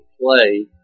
play